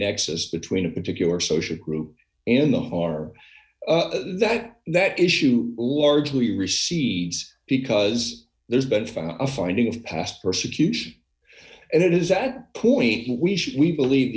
nexus between a particular social group and the far that that issue largely recedes because there's been found a finding of past persecution and it is at a point that we should we believe